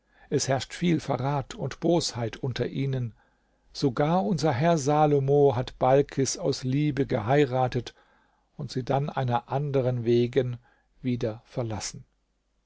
es herrscht viel verrat und bosheit unter ihnen sogar unser herr salomo hat balkis aus liebe geheiratet und sie dann einer anderen wegen wieder verlassen